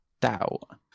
doubt